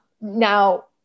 now